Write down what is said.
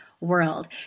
world